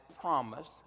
promise